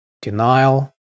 denial